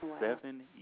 seven